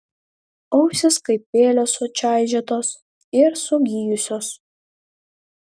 ausys kaip peilio sučaižytos ir sugijusios